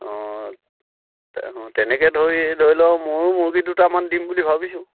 অঁ তেনেকৈ ধৰি ধৰি লওক ময়ো মুৰ্গী দুটামান দিম বুলি ভাবিছোঁ